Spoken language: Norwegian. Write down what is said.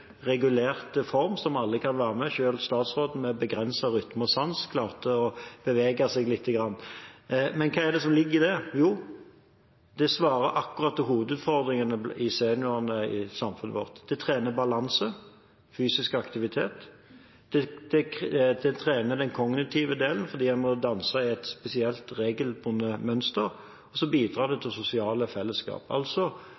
regulert form, som alle kan være med på. Selv statsråden med begrenset rytme og sans klarte å bevege seg litt. Men hva er det som ligger i det? Jo, det svarer akkurat til hovedutfordringene til seniorene i samfunnet vårt. De trener balanse – fysisk aktivitet – de trener den kognitive delen, fordi en må danse i et spesielt, regelbundet mønster, og så bidrar det